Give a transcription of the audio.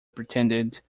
pretended